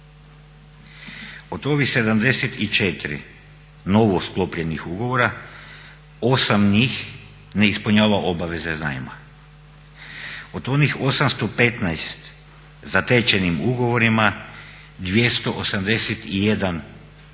Od ovih 74 novosklopljenih ugovora 8 njih ne ispunjava obaveze zajma. Od onih 815 zatečenim ugovorima 281 ne